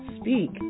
speak